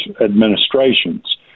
administrations